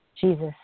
Jesus